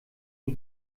die